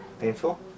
painful